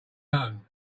loan